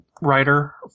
writer